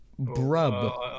Brub